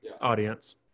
audience